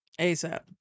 ASAP